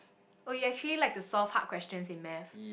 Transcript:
oh you actually like to solve hard questions in math